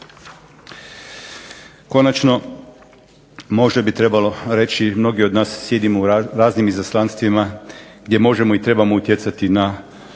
Konačno, možda bi trebalo reći mnogi od nas sjedimo u raznim izaslanstvima gdje možemo i trebamo utjecati na